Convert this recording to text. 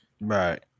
Right